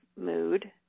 mood